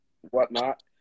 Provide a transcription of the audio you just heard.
whatnot